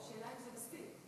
השאלה, האם זה מספיק?